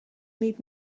niet